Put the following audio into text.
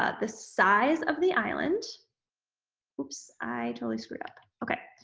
ah the size of the island oops i totally screwed up. okay,